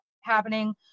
happening